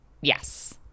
yes